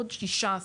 עוד כ-16